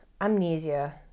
Amnesia